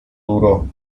duro